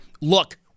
Look